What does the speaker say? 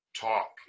talk